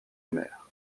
omer